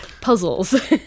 Puzzles